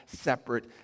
separate